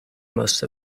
most